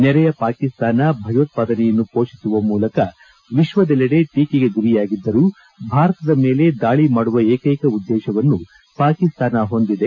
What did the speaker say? ನೆರೆಯ ಪಾಕಿಸ್ತಾನ ಭಯೋತ್ಪಾದನೆಯನ್ನು ಪೋಷಿಸುವ ಮೂಲಕ ವಿಶ್ವದೆಲ್ಲೆಡೆ ಟೀಕೆಗೆ ಗುರಿಯಾಗಿದ್ದರೂ ಭಾರತದ ಮೇಲೆ ದಾಳಿ ಮಾಡುವ ಏಕ್ಕೆಕ ಉದ್ದೇಶವನ್ನು ಪಾಕಿಸ್ತಾನ ಹೊಂದಿದೆ